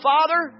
Father